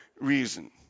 reason